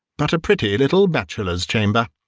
but a pretty little bachelor's chamber,